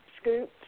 scoop